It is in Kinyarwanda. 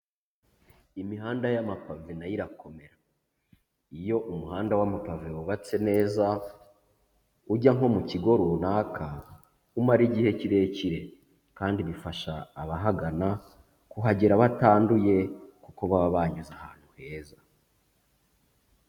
Imihanda y'amapave na yo irakomera, iyo umuhanda w'amapave wubatse neza ujya nko mu kigo runaka, umara igihe kirekire kandi bifasha abahagana kuhagera batanduye kuko baba banyuze ahantu heza.